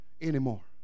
anymore